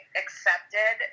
accepted